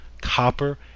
copper